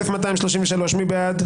1,238 מי בעד?